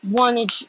wanted